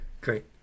Great